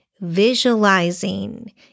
visualizing